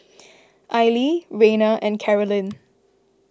Aili Reina and Karolyn